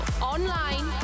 online